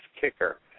kicker